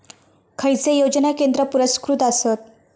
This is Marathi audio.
खैचे योजना केंद्र पुरस्कृत आसत?